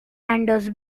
anders